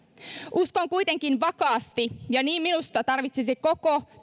uskon kuitenkin vakaasti ja minusta tarvitsisi koko